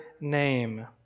name